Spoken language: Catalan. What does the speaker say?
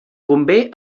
convé